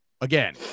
again